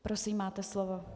Prosím, máte slovo.